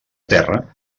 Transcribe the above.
terra